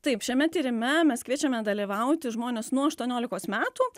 taip šiame tyrime mes kviečiame dalyvauti žmonės nuo aštuoniolikos metų